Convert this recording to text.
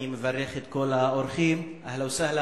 אני מברך את כל האורחים "אהלה וסהלה",